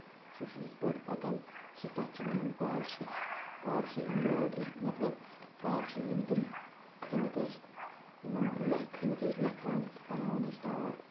سُہ چھُ یِتھ پٲٹھۍ پَکان کہِ تَتھ چھُ وَنن پارسی پارسی ایمبرایڈری پارسی یِم تِم کھٔنِتھ ٲسۍ یِمن کھٔنِتھ ٲسۍ لٮ۪کھان بَناوان ٲسۍ ٹاٹھ